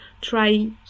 try